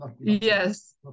yes